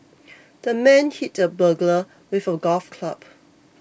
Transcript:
the man hit the burglar with a golf club